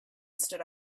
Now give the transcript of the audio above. stood